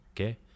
okay